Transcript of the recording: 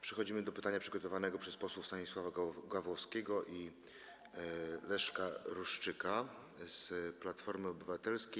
Przechodzimy do pytania przygotowanego przez posłów Stanisława Gawłowskiego i Leszka Ruszczyka z Platformy Obywatelskiej.